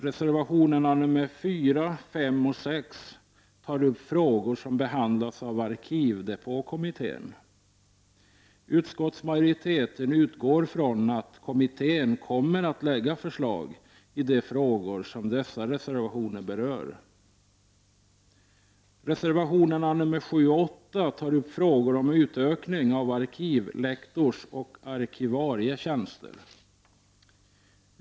Reservationerna nr 4, 5 och 6 tar upp frågor som behandlas av arkivdepåkommittén. Utskottsmajoriteten utgår från att kommittén kommer att lägga fram förslag i de frågor som dessa reservationer berör. Reservationerna nr 7 och 8 tar upp frågor om utökning av arkivlektorsoch arkivarietjänster.